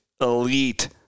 elite